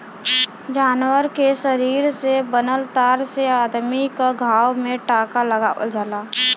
जानवर के शरीर से बनल तार से अदमी क घाव में टांका लगावल जाला